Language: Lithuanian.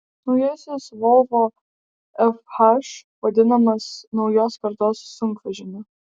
naujasis volvo fh vadinamas naujos kartos sunkvežimiu